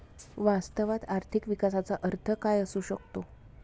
वास्तवात आर्थिक विकासाचा अर्थ काय असू शकतो?